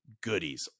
goodies